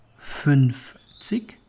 Fünfzig